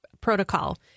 protocol